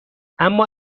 اما